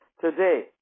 today